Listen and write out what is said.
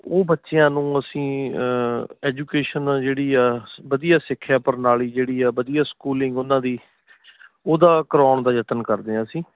ਉਹ ਬੱਚਿਆਂ ਨੂੰ ਅਸੀਂ ਐਜੂਕੇਸ਼ਨ ਜਿਹੜੀ ਆ ਵਧੀਆ ਸਿੱਖਿਆ ਪ੍ਰਣਾਲੀ ਜਿਹੜੀ ਆ ਵਧੀਆ ਸਕੂਲਿੰਗ ਉਹਨਾਂ ਦੀ ਉਹਦਾ ਕਰਵਾਉਣ ਦਾ ਯਤਨ ਕਰਦੇ ਹਾਂ ਅਸੀਂ